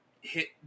hit